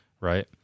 right